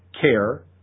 care